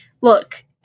look